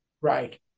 Right